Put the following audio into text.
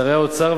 שרי האוצר,